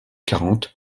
quarante